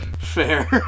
Fair